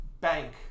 bank